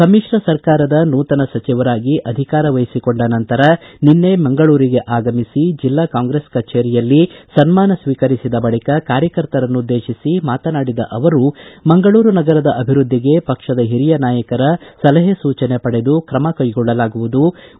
ಸಮಿತ್ರ ಸರಕಾರದ ನೂತನ ಸಚಿವರಾಗಿ ಅಧಿಕಾರ ವಹಿಸಿಕೊಂಡ ಬಳಿಕ ನಿನ್ನೆ ಮಂಗಳೂರಿಗೆ ಆಗಮಿಸಿ ಜಿಲ್ಲಾ ಕಾಂಗ್ರೆಸ್ ಕಚೇರಿಯಲ್ಲಿ ಸನ್ಮಾನ ಸ್ವೀಕರಿಸಿದ ಬಳಿಕ ಕಾರ್ಯಕರ್ತರನ್ನು ಉದ್ದೇಶಿಸಿ ಮಾತನಾಡಿದ ಅವರು ಮಂಗಳೂರು ನಗರದ ಅಭಿವೃದ್ಧಿಗೆ ಪಕ್ಷದ ಹಿರಿಯ ನಾಯಕರ ಸಲಹೆ ಸೂಚನೆಯನ್ನು ಪಡೆದು ಕ್ರಮ ಕೈಗೊಳ್ಳುವುದಾಗಿ ತಿಳಿಸಿದರು